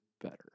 better